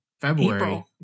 February